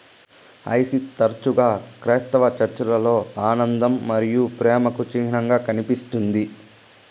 hyacinth తరచుగా క్రైస్తవ చర్చిలలో ఆనందం మరియు ప్రేమకు చిహ్నంగా కనిపిస్తుంది